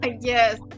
yes